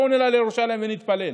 בואו נעלה לירושלים ונתפלל,